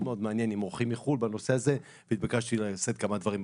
מאוד מעניין עם אורחים מחו"ל בנושא הזה והתבקשתי לשאת כמה דברים.